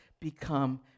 become